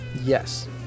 Yes